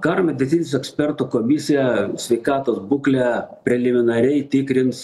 karo medicinos ekspertų komisija sveikatos būklę preliminariai tikrins